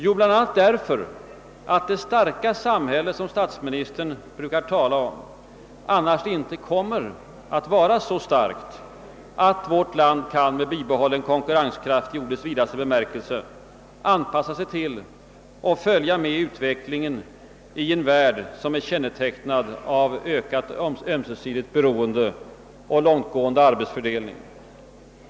Jo, bland annat därför att det »starka» samhälle statsministern tänker sig eljest inte kommer att vara så starkt, att vårt land med bibehållen konkurrens kraft i ordets vidaste bemärkelse kan anpassa sig till och följa med i utvecklingen i en värld som är kännetecknad av ökat ömsesidigt beroende och långtgående arbetsfördelning.